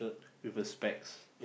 with a specs